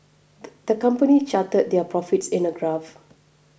the company charted their profits in a graph